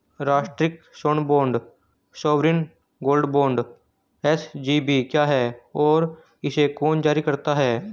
राष्ट्रिक स्वर्ण bond sovereign gold bond SGB क्या है और इसे कौन जारी करता है?